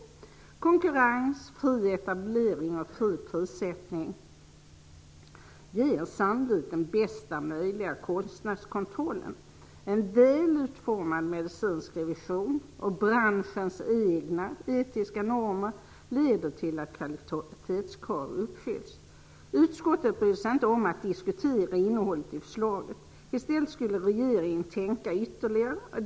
Konkurrens, fri etablering och fri prissättning ger sannolikt den bästa möjliga kostnadskontrollen. En väl utformad medicinsk revision och branschens egna etiska normer leder till att kvalitetskrav uppfylls. Utskottet brydde sig inte om att diskutera innehållet i förslaget. I stället skulle regeringen tänka ytterligare.